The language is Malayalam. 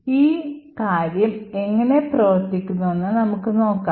ഈ കാര്യം എങ്ങനെ പ്രവർത്തിക്കുന്നുവെന്ന് നമുക്ക് നോക്കാം